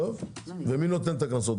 ומי נותן את הקנסות?